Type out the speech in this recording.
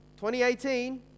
2018